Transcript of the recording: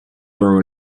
throw